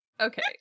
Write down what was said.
Okay